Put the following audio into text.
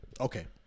Okay